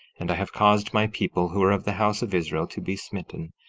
and i have caused my people who are of the house of israel to be smitten,